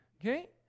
okay